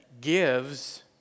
gives